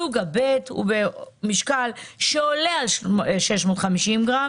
סוג ב' במשקל שעולה על 650 גרם